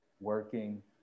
working